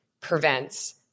prevents